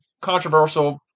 controversial